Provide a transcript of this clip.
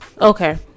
okay